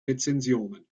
rezensionen